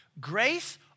Grace